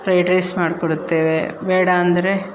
fried rice ಮಾಡಿಕೊಡುತ್ತೇವೆ ಬೇಡ ಅಂದರೆ